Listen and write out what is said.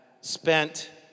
spent